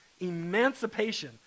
Emancipation